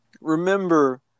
remember